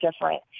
different